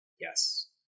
Yes